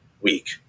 week